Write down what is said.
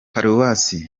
paruwasi